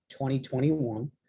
2021